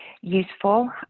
useful